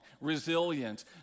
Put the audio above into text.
resilient